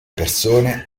persone